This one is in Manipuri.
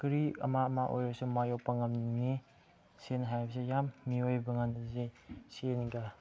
ꯀꯔꯤ ꯑꯃ ꯑꯃ ꯑꯣꯏꯁꯨ ꯃꯣꯏ ꯃꯥꯏꯌꯣꯛꯄ ꯉꯝꯃꯤ ꯁꯦꯟ ꯍꯥꯏꯕꯁꯦ ꯌꯥꯝ ꯃꯤꯑꯣꯏꯕ ꯀꯥꯟꯗꯗꯤ ꯁꯦꯟꯒ